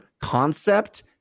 concept